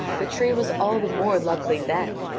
the tree was all the more lovely then,